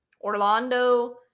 Orlando